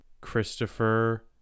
christopher